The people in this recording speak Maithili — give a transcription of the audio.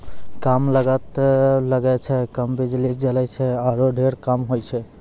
कम लागत लगै छै, कम बिजली जलै छै आरो ढेर काम होय छै